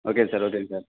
okay sir ஓகேங்க sir